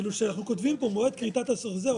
כאילו שאנחנו כותבים פה מועד כריתת החוזה,